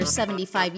75